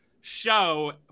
show